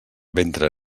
ventre